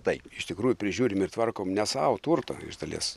taip iš tikrųjų prižiūrim ir tvarkom ne savo turtą iš dalies